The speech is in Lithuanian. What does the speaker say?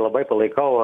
labai palaikau